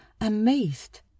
Amazed